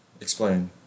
Explain